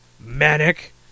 Manic